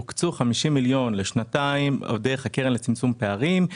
הוקצו 50 מיליון לשנתיים דרך הקרן בשביל